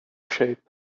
shape